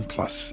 Plus